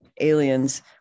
aliens